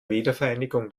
wiedervereinigung